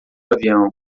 avião